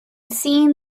seen